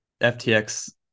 FTX